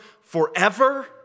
forever